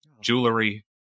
jewelry